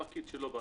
פקיד שלא בא